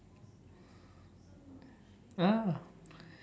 ah